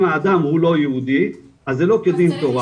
אם האדם הוא לא יהודי, אז זה לא כדין תורה.